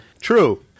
True